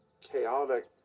chaotic